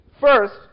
First